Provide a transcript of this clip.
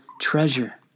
treasure